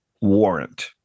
warrant